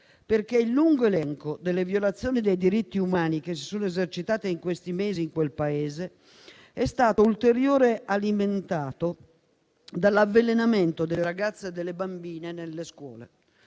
il lungo elenco delle violazioni dei diritti umani che si sono esercitate in questi mesi in quel Paese è stato ulteriormente alimentato dall'avvelenamento delle ragazze e delle bambine nelle scuole.